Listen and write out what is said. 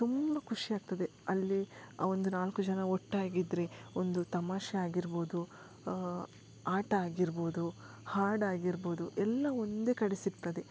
ತುಂಬ ಖುಷಿ ಆಗ್ತದೆ ಅಲ್ಲಿ ಒಂದು ನಾಲ್ಕು ಜನ ಒಟ್ಟಾಗಿದ್ದರೆ ಒಂದು ತಮಾಷೆ ಆಗಿರ್ಬೋದು ಆಟ ಆಗಿರ್ಬೋದು ಹಾಡಾಗಿರ್ಬೋದು ಎಲ್ಲಾ ಒಂದೇ ಕಡೆ ಸಿಗ್ತದೆ